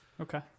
Okay